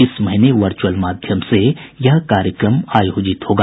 इस महीने वर्च्रअल माध्यम से यह कार्यक्रम आयोजित होगा